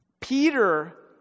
Peter